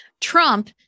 Trump